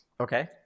Okay